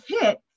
hit